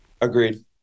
Agreed